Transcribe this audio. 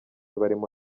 barimo